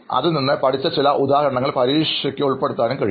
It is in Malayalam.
അതിൽനിന്നും പഠിച്ച ചില ഉദാഹരണങ്ങൾ പരീക്ഷയ്ക്ക് ഉൾപ്പെടുത്താനും കഴിയും